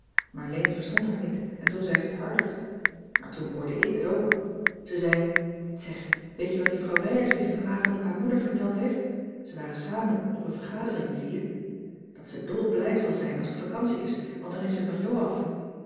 leen verstond haar niet en toen zei ze t harder maar toen hoorde ik het ook ze zei zeg weet je wat juffrouw wijers gisterenavond aan moeder verteld heeft ze waren samen op een vergadering zie je dat ze dolblij zal zijn als t vacantie is want dan is ze van jo